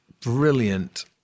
brilliant